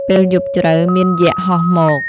ពេលយប់ជ្រៅ មានយក្សហោះមក។